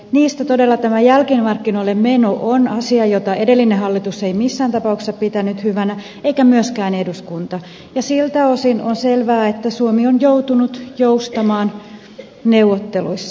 niistä todella tämä jälkimarkkinoille meno on asia jota edellinen hallitus ei missään tapauksessa pitänyt hyvänä eikä myöskään eduskunta ja siltä osin on selvää että suomi on joutunut joustamaan neuvotteluissa